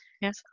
Yes